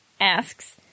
asks